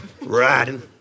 Riding